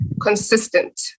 consistent